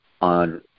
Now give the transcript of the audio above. on